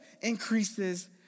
increases